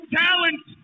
talent